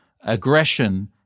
aggression